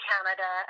Canada